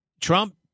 Trump